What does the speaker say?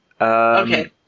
Okay